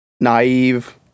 naive